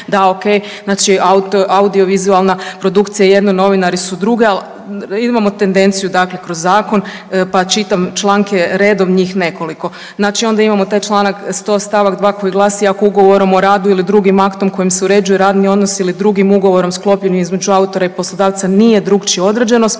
da ok, znači audio i vizualna produkcija je jedno, novinari su drugo, ali imamo tendenciju dakle kroz zakon, pa čitam članke redom, njih nekoliko. Znači onda imamo taj članak 100, stavak 2. koji glasi: Ako ugovorom o radu ili drugim aktom kojim se uređuje radni odnos ili drugim ugovorom sklopljen između autora i poslodavca nije drukčije određeno,